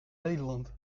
nederland